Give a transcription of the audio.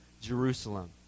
Jerusalem